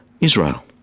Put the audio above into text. Israel